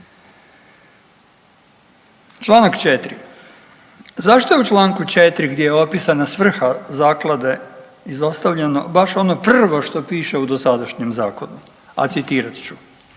Članak 4. Zašto je u članku 4. gdje je opisana svrha zaklade izostavljeno baš ono prvo što piše u dosadašnjem zakonu, a citirat ću: